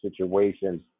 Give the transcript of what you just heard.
situations